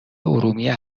ارومیه